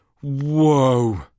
Whoa